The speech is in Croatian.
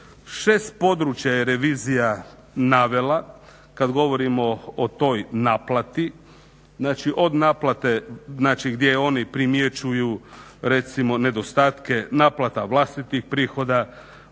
6 područja je revizija navela, kada govorimo o toj naplati znači od naplate gdje oni primjećuju nedostatke naplata vlastitih prihoda,